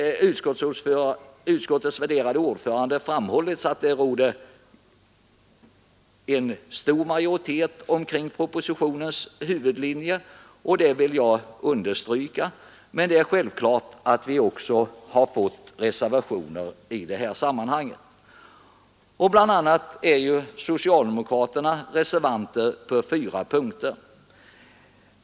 Utskottets värderade ordförande har framhållit att det råder stor majoritet omkring propositionens huvudlinjer, och det vill jag understryka, men det är självklart att vi också har fått reservationer i detta sammanhang. Bl. a. är socialdemokraterna reservanter på fyra punkter.